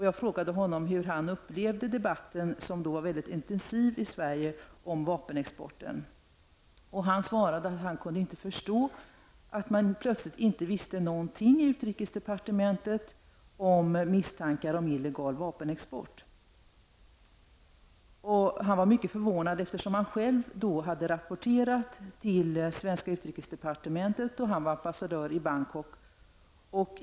Jag frågade honom hur han upplevde den då mycket intensiva debatten i Sverige om vapenexporten. Han svarade att han inte kunde förstå att man plötsligt inte visste någonting i utrikesdepartementet om misstankar om illegal vapenexport. Han var mycket förvånad, eftersom han själv hade rapporterat till det svenska utrikesdepartementet, då han var ambassadör i Bangkok.